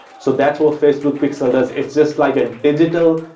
so, that's what facebook pixel does. it's just like a digital,